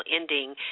ending